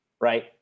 right